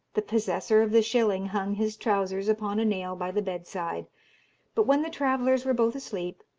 the possessor of the shilling hung his trousers upon a nail by the bed-side but when the travellers were both asleep,